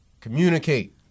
Communicate